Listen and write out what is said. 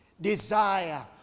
desire